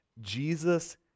Jesus